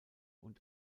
und